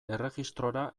erregistrora